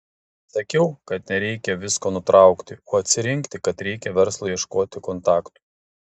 sakiau kad nereikia visko nutraukti o atsirinkti kad reikia verslui ieškoti kontaktų